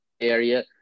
Area